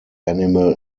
animal